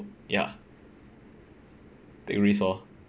ya take risk lor